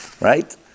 Right